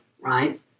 right